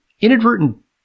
inadvertent